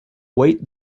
wait